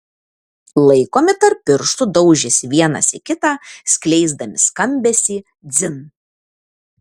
laikomi tarp pirštų daužėsi vienas į kitą skleisdami skambesį dzin